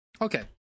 Okay